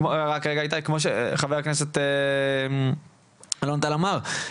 כמו שחבר הכנסת אלון טל אמר,